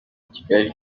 kigali